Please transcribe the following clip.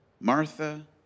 Martha